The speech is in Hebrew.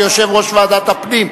כיושב-ראש ועדת הפנים,